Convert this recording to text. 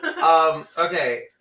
Okay